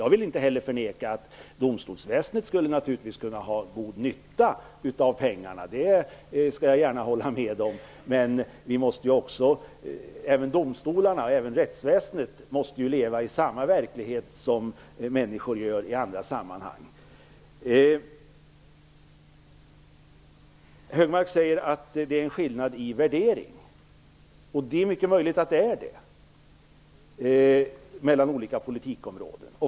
Jag vill inte förneka att domstolsväsendet skulle kunna ha god nytta av pengarna; det håller jag gärna med om. Men även människor inom domstolarna och rättsväsendet måste ju leva i samma verklighet som människor i andra sammanhang. Högmark säger att det är fråga om en skillnad i värderingen av olika områden inom politiken. Det är mycket möjligt att det är det.